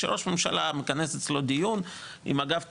כשמתכנס אצל ראש הממשלה דיון עם אגף תקציבים,